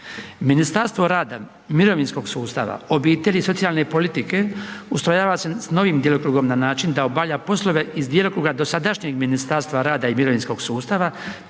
Ministarstvo rada i mirovinskog sustava, obitelji i socijalne politike ustrojava se s novim djelokrugom na način da obavlja poslove iz djelokruga dosadašnjeg ministarstva rada i mirovinskog sustava